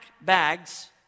bags